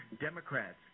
Democrats